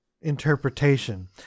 interpretation